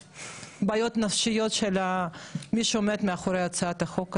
בעיות נפשיות של מי שעומד מאחורי הצעת החוק הזו,